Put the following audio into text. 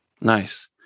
nice